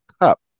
cup